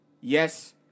Yes